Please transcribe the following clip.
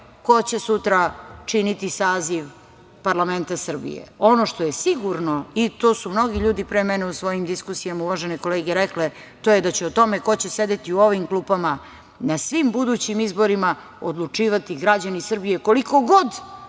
ko će sutra činiti saziv parlamenta Srbiji. Ono što je sigurno, i to su mnogi ljudi pre mene u svojim diskusijama, uvažene kolege rekle, to je da će o tome ko će sedeti u ovim klupama na svim budućim izborima odlučivati građani Srbije, koliko god